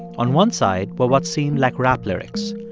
on one side were what seemed like rap lyrics.